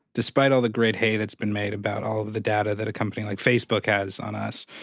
despite all the great hay that's been made about all of the data that a company like facebook has on us,